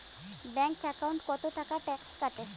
Bank একাউন্টত কতো টাকা ট্যাক্স কাটে?